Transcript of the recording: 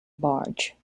barge